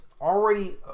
already